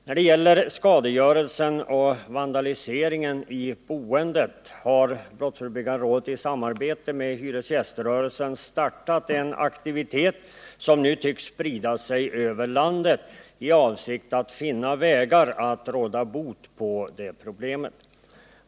När det gäller skadegörelsen och vandaliseringen i boendet har brottsförebyggande rådet, i samarbete med hyresgäströrelsen, startat en aktivitet som nu tycks sprida sig över landet, i avsikt att finna vägar att råda bot på problemet.